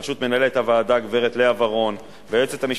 בראשות מנהלת הוועדה הגברת לאה ורון והיועצת המשפטית,